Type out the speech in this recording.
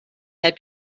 had